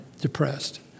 depressed